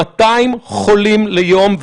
200 חולים ביום,